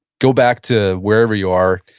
go back to wherever you are.